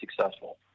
successful